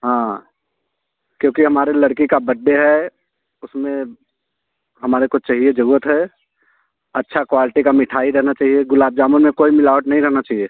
हाँ क्योंकि हमारी लड़की का बड्डे है उसमें हमारे को चाहिए जरूरत है अच्छा क्वालटी का मिठाई रहेना चाहिए गुलाब जामुन में कोई मिलावट नहीं रहना चाहिए